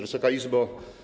Wysoka Izbo!